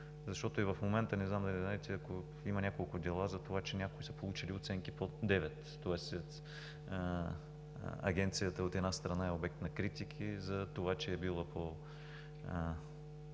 защото и в момента – не знам дали знаете, има няколко дела, затова че някои са получили оценки по 9, тоест Агенцията, от една страна, е обект на критики, че е била може